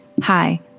Hi